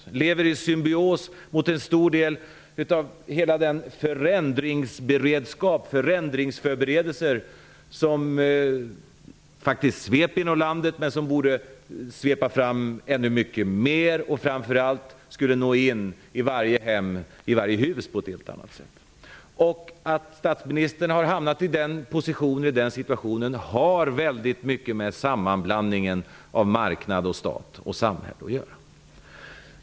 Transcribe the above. Han lever i symbios med en stor del av hela den förändringsberedskap och de förändringsförberedelser som faktiskt sveper genom landet, men som borde svepa fram ännu mycket mer, och som framför allt på ett helt annat sätt skulle nå in i varje hem och varje hus. Att statsministern har hamnat i den positionen och i den situationen har väldigt mycket med sammanblandningen av marknad, stat och samhälle att göra.